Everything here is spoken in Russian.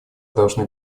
должны